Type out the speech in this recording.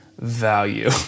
Value